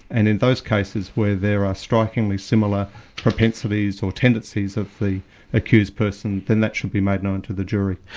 and in those cases where there are strikingly similar propensities or tendencies of the accused person, then that should be made known to the jury.